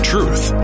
Truth